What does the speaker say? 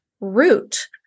root